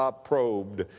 ah probed.